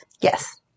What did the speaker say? Yes